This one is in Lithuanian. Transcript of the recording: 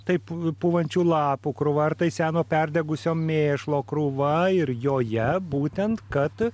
tai pūvančių lapų krūva ar tai seno perdegusio mėšlo krūva ir joje būtent kad